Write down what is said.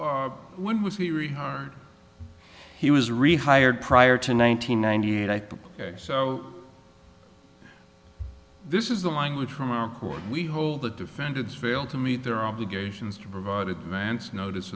when was he really heard he was rehired prior to nine hundred ninety eight i think so this is the language from our court we hold the defendants failed to meet their obligations to provide advance notice